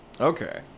Okay